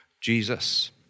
Jesus